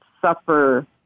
suffer